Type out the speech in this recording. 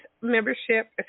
membership